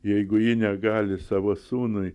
jeigu ji negali savo sūnui